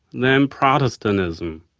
then protestantism.